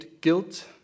Guilt